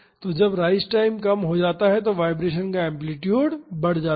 तो जब rise time कम हो जाता है तो वाईब्रेशन का एम्पलीटूड बढ़ जाता है